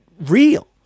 real